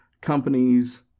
companies